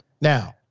Now